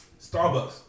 Starbucks